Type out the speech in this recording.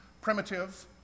primitive